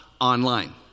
online